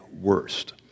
worst